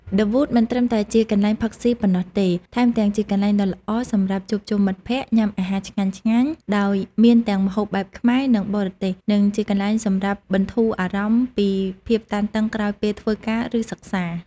ឌឹ វូត មិនត្រឹមតែជាកន្លែងផឹកស៊ីប៉ុណ្ណោះទេ ថែមទាំងជាកន្លែងដ៏ល្អសម្រាប់ជួបជុំមិត្តភក្តិ ញ៉ាំអាហារឆ្ងាញ់ៗ ដោយមានទាំងម្ហូបបែបខ្មែរ និងបរទេស និងជាកន្លែងសម្រាប់បន្ធូរអារម្មណ៍ពីភាពតានតឹងក្រោយពេលធ្វើការ ឬសិក្សា។